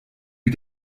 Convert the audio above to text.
wie